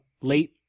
late